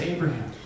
Abraham